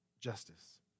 justice